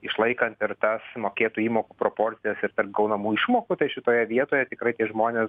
išlaikant ir tą sumokėtų įmokų proporcijas ir tarp gaunamų išmokų tai šitoje vietoje tikrai tie žmonės